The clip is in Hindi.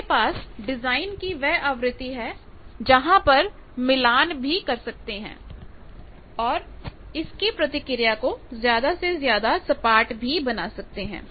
हमारे पास डिजाइन की वह आवृत्ति है जहां पर हम मिलान भी कर सकते हैं और इसकी प्रतिक्रिया को ज्यादा से ज्यादा सपाट भी बना सकते हैं